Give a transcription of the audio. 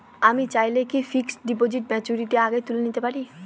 আমি চাইলে কি ফিক্সড ডিপোজিট ম্যাচুরিটির আগেই তুলে নিতে পারি?